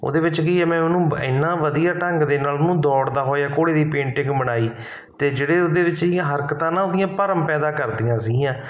ਉਹਦੇ ਵਿੱਚ ਕੀ ਹੈ ਮੈਂ ਉਹਨੂੰ ਇੰਨਾਂ ਵਧੀਆ ਢੰਗ ਦੇ ਨਾਲ ਉਹਨੂੰ ਦੌੜਦਾ ਹੋਇਆ ਘੋੜੇ ਦੀ ਪੇਂਟਿੰਗ ਬਣਾਈ ਅਤੇ ਜਿਹੜੇ ਉਹਦੇ ਵਿੱਚ ਹਰਕਤਾਂ ਨਾ ਉਹਦੀਆਂ ਭਰਮ ਪੈਦਾ ਕਰਦੀਆਂ ਸੀਗੀਆਂ